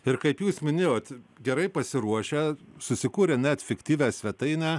ir kaip jūs minėjot gerai pasiruošę susikūrė net fiktyvią svetainę